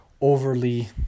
overly